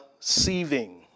sieving